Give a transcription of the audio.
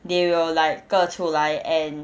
they will like 割出来 and